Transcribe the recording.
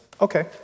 okay